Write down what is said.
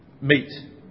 meet